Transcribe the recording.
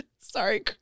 Sorry